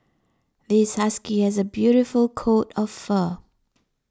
this husky has a beautiful coat of fur